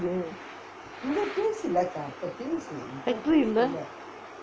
factory இல்லே:illae